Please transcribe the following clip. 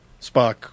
spock